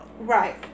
Right